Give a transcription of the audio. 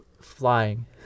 flying